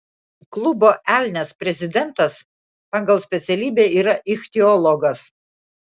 klubo elnias prezidentas pagal specialybę yra ichtiologas